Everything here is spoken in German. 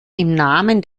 namen